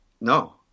No